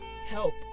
help